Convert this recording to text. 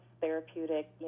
therapeutic